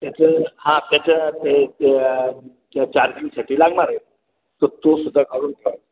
त्याचं हा त्याच्या ते त्या चार्जिंगसाठी लागणार आहेत तर तोसुद्धा काढून ठेवाल